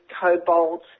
cobalt